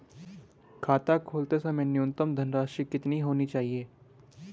खाता खोलते समय न्यूनतम धनराशि कितनी होनी चाहिए?